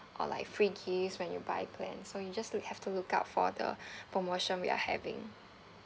or like free gifts when you buy plan so you just loo~ have to look out for the promotion we are having